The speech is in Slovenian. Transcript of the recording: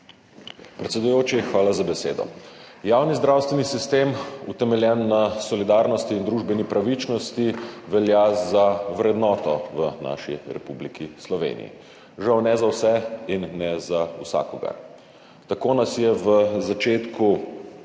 Predsedujoči, hvala za besedo. Javni zdravstveni sistem, utemeljen na solidarnosti in družbeni pravičnosti, velja za vrednoto v naši Republiki Sloveniji. Žal ne za vse in ne za vsakogar. Tako nas je v začetku